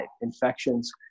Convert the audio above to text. infections